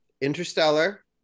Interstellar